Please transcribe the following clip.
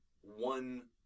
one